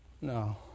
No